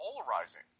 polarizing